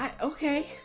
Okay